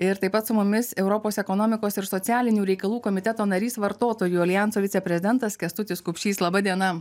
ir taip pat su mumis europos ekonomikos ir socialinių reikalų komiteto narys vartotojų aljanso viceprezidentas kęstutis kupšys laba diena